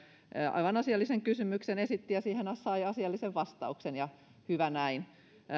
aivan asiallisen kysymyksen esitti ja siihen sai asiallisen vastauksen ja hyvä näin